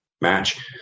match